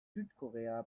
südkorea